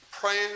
praying